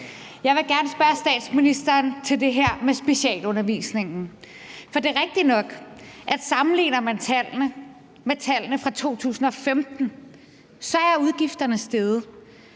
Jeg vil gerne spørge statsministeren til det her med specialundervisningen. For det er rigtigt nok, at sammenligner man tallene med tallene fra 2015, er udgifterne steget,